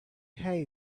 hay